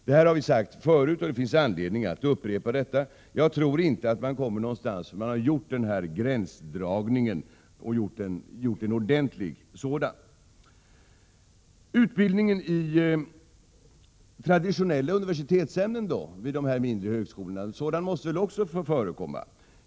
Detta har vi sagt tidigare, och det finns anledning att upprepa det. Jag tror inte att man kommer någonstans förrän man gjort en sådan ordentlig gränsdragning. En utbildning i traditionella universitetsämnen vid de mindre högskolorna måste väl också få förekomma?